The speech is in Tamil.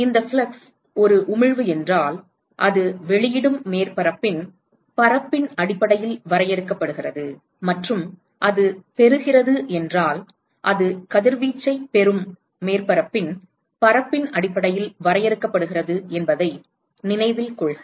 இந்த ஃப்ளக்ஸ் ஒரு உமிழ்வு என்றால் அது வெளியிடும் மேற்பரப்பின் பரப்பின் அடிப்படையில் வரையறுக்கப்படுகிறது மற்றும் அது பெறுகிறது என்றால் அது கதிர்வீச்சைப் பெறும் மேற்பரப்பின் பரப்பின் அடிப்படையில் வரையறுக்கப்படுகிறது என்பதை நினைவில் கொள்க